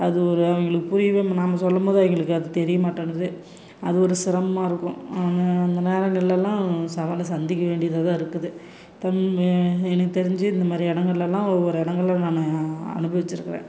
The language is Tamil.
அது ஒரு அவங்களுக்கு புரியவே நாம சொல்லும்போது அவங்களுக்கு அது தெரிய மாட்டேன்கிது அது ஒரு சிரமமாக இருக்கும் அந்த நேரங்களிலெல்லாம் சவாலை சந்திக்க வேண்டியதாக தான் இருக்குது தமிழ் எனக்கு தெரிஞ்சு இந்த மாதிரி இடங்களெல்லாம் ஒவ்வொரு இடங்கள்ல நான் அனுபவிச்சிருக்கிறேன்